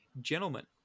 gentlemen